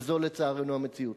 וזו, לצערנו, המציאות.